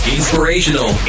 Inspirational